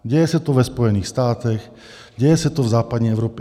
Děje se to ve Spojených státech, děje se to v západní Evropě.